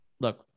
look